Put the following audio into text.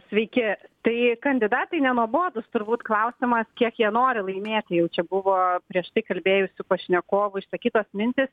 sveiki tai kandidatai nenuobodūs turbūt klausimas kiek jie nori laimėti jau čia buvo prieš tai kalbėjusių pašnekovų išsakytos mintys